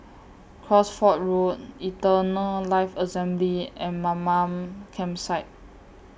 Cosford Road Eternal Life Assembly and Mamam Campsite